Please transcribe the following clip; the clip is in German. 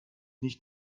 nicht